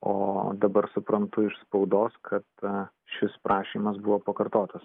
o dabar suprantu iš spaudos kad a šis prašymas buvo pakartotas